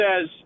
says